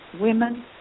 women